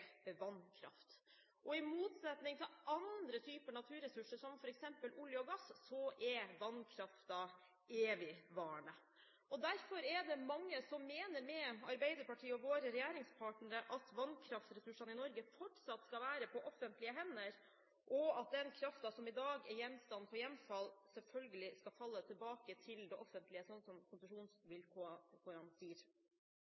vannkraft. I motsetning til andre typer naturressurser som f.eks. olje og gass, er vannkraften evigvarende. Derfor er det mange som mener, sammen med Arbeiderpartiet og våre regjeringspartnere, at vannkraftressursene i Norge fortsatt skal være på offentlige hender, og at den kraften som i dag er gjenstand for hjemfall, selvfølgelig skal falle tilbake til det offentlige, slik som